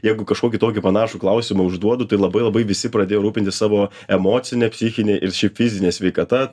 jeigu kažkokį tokį panašų klausimą užduodu tai labai labai visi pradėjo rūpintis savo emocine psichine ir šiaip fizine sveikata